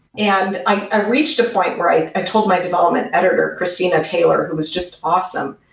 and i ah reached a point where i i told my development editor, christina taylor, who was just awesome,